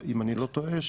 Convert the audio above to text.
אם אני לא טועה,